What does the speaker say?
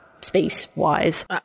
space-wise